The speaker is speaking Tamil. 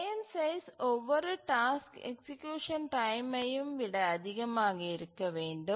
பிரேம் சைஸ் ஒவ்வொரு டாஸ்க்கு எக்சீக்யூசன் டைமையும் விட அதிகமாக இருக்க வேண்டும்